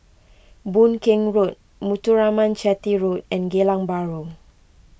Boon Keng Road Muthuraman Chetty Road and Geylang Bahru